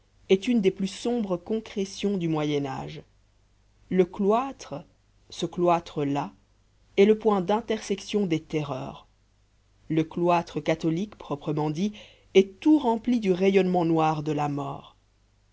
est une des plus sombres concrétions du moyen age le cloître ce cloître là est le point d'intersection des terreurs le cloître catholique proprement dit est tout rempli du rayonnement noir de la mort